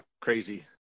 crazy